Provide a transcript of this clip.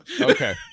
Okay